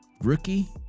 rookie